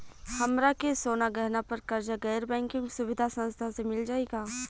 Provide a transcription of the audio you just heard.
हमरा के सोना गहना पर कर्जा गैर बैंकिंग सुविधा संस्था से मिल जाई का?